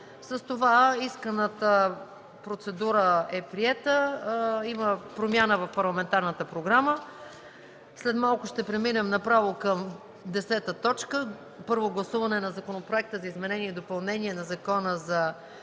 С това исканата процедура е приета. Има промяна в парламентарната програма. След малко ще преминем направо към десета точка – Първо гласуване на Законопроекта за изменение и допълнение на Закона за